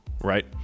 right